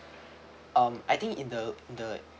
um I think in the in the